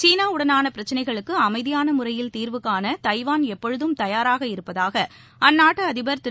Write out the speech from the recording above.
சீனாவுடனான பிரச்சினைகளுக்கு அமைதியான முறையில் தீர்வு காண தைவான் எப்பொழுதும் தயாராக இருப்பதாக அந்நாட்டு அதிபர் திரு